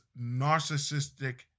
narcissistic